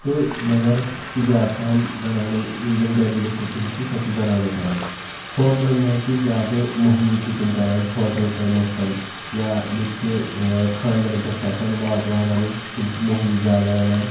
تہٕ مگر چھِ زیادٕ پَہم زَنانے یِم زَن گھریلوٗ کُکِنٛگ چھِ سۄ چھِ زَنانے کَران ہوٹلَن منٛز چھِ زیادٕ موٚہنی کُکِنٛگ کَران ہوٹَل کٲم ٲسۍ تَن یا ییٚتہِ چھِ ٲں خانٛدرَن پٮ۪ٹھ چھِ آسان وازٕوان رَنُن تِم چھِ موہنی زیادٕ رَنان